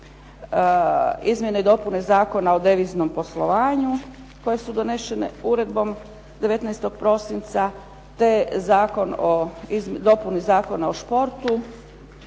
Izmjene i dopune Zakona o deviznom poslovanju koje su donešene uredbom 19. prosinca te Zakon o dopuni Zakona o športu,